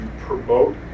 promote